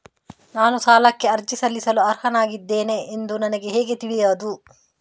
ನಾನು ಸಾಲಕ್ಕೆ ಅರ್ಜಿ ಸಲ್ಲಿಸಲು ಅರ್ಹನಾಗಿದ್ದೇನೆ ಎಂದು ನನಗೆ ಹೇಗೆ ತಿಳಿಯುದು?